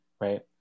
right